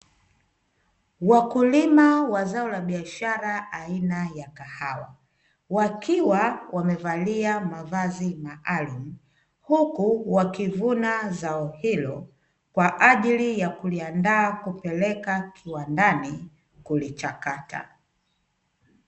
Wakulima wa zao la biashara aina ya kahawa, wakiwa wamevalia mavazi maalumu huku wakivuna zao hilo kwa ajili ya kuliandaa kupeleka kiwandani kulichakata.